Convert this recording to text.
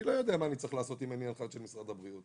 אני לא יודע מה אני צריך לעשות אם אין לי הנחיה של משרד הבריאות.